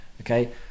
okay